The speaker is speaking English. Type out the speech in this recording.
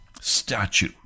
statue